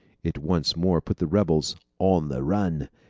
it once more put the rebels on the run,